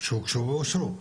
שהוגשו ואושרו?